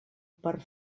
per